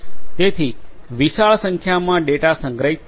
તેથી વિશાળ સંખ્યામાં ડેટા સંગ્રહિત થાય છે